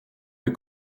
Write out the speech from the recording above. eux